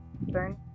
burn